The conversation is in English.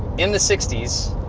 in the sixty s,